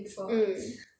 mm